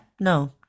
no